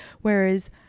whereas